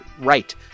right